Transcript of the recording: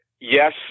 yes